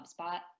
HubSpot